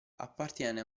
appartiene